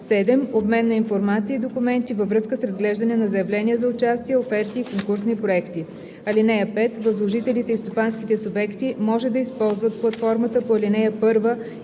7. обмен на информация и документи във връзка с разглеждане на заявления за участие, оферти и конкурсни проекти. (5) Възложителите и стопанските субекти може да използват платформата по ал. 1 и